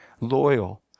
loyal